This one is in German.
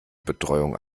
betreuung